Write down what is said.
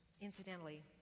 incidentally